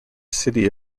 city